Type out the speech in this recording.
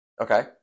Okay